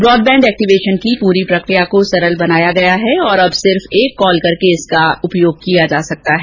broadband activation की पुरी प्रकिया को सरल बनाया गया है और अब सिर्फ एक कॉल करके इसका उपयोग किया जा सकता है